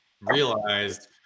realized